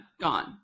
Gone